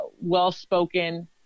well-spoken